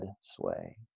sway